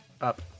up